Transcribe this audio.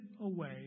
away